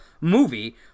movie